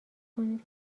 کنید